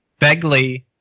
Begley